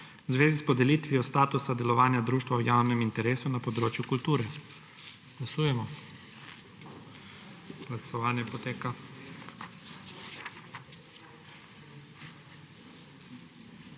v zvezi s podelitvijo statusa delovanja društva v javnem interesu na področju kulture. Glasujemo. Navzočih